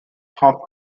half